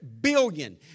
billion